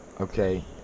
okay